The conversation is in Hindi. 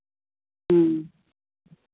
ह्म्म